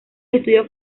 estudió